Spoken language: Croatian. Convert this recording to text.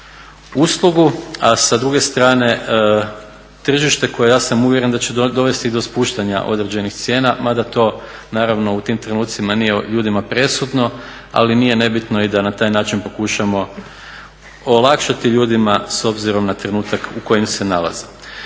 uslugu, a sa druge strane tržište koje ja sam uvjeren da će dovesti do spuštanja određenih cijena ma da to naravno u tim trenutcima nije ljudima presudno, ali nije nebitno i da na taj način pokušamo olakšati ljudima s obzirom na trenutak u kojem se nalaze.